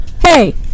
Hey